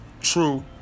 true